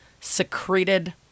secreted